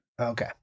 Okay